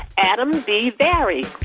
adam b. vary.